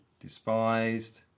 despised